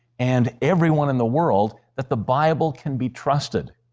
and everyone in the world that the bible can be trusted.